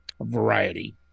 variety